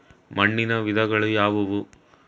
ಮಣ್ಣಿನ ವಿಧಗಳು ಯಾವುವು?